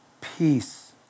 peace